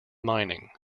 mining